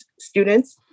students